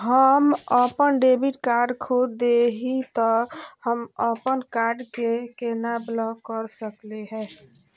हम अपन debit card खो दे ही, त हम अप्पन कार्ड के केना ब्लॉक कर सकली हे?